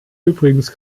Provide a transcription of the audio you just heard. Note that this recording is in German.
übrigens